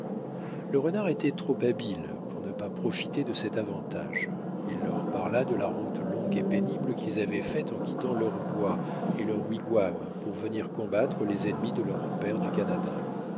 le renard était trop habile pour ne pas profiter de cet avantage il leur parla de la route longue et pénible qu'ils avaient faite en quittant leurs bois et leurs wigwams pour venir combattre les ennemis de leurs pères du canada